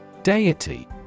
Deity